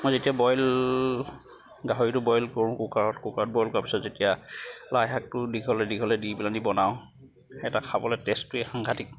মই যেতিয়া গাহৰিটো বইল কৰোঁ কুকাৰত বইল কৰাৰ পাছত যেতিয়া লাই শাকটো দীঘলে দীঘলে দি পেলানি বনাওঁ এটা খাবলে টেষ্টটোৱেই সাংঘাতিক